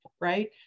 right